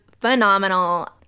phenomenal